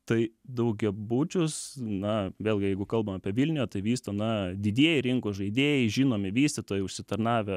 tai daugiabučius na vėlgi jeigu kalbam apie vilnių tai vysto na didieji rinkos žaidėjai žinomi vystytojai užsitarnavę